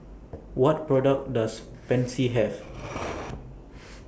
What products Does Pansy Have